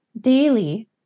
daily